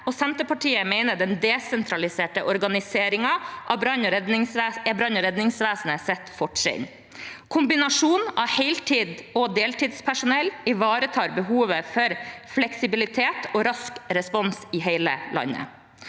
Senterpartiet mener den desentraliserte organiseringen er brann- og redningsvesenets fortrinn. Kombinasjonen av heltids- og deltidspersonell ivaretar behovet for fleksibilitet og rask respons i hele landet.